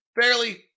fairly